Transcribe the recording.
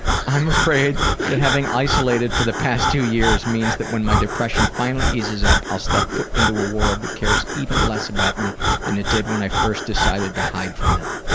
i'm afraid that having isolated for the past two years means that when my depression finally eases up, i'll step foot into a world that cares even less about me than it did when i first decided to hide from it.